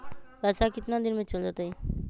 पैसा कितना दिन में चल जतई?